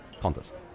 contest